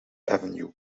avenue